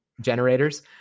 generators